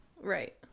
right